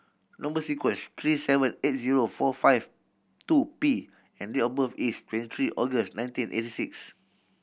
number sequence is T Three seven eight zero four five two P and date of birth is twenty three August nineteen eighty six